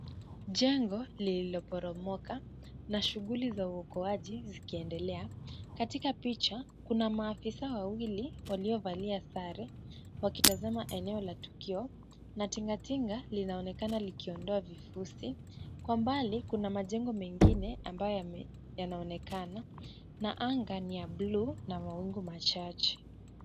Jengo lililoporomoka na shughuli za uokoaji zikiendelea, katika picha kuna maafisa wawili waliovalia sare wakitazama eneo la tukio na tingatinga linaonekana likiondoa vifusi, kwa mbali kuna majengo mengine ambayo yanaonekana na anga ni ya bluu na mawingu machache.